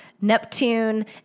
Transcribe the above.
Neptune